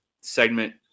segment